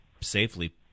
safely